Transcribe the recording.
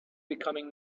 becoming